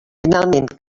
finalment